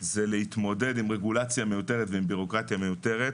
הם מתמודדים עם רגולציה מיותרת ועם בירוקרטיה מיותרת.